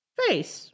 face